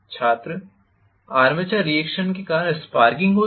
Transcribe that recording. छात्र armature reaction के कारण स्पार्किंग होती है